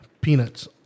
peanuts